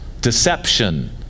deception